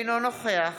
אינו נוכח